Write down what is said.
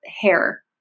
hair